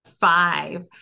five